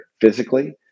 physically